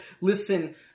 listen